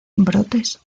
brotes